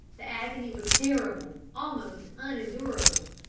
the agony was terrible, almost unendurable.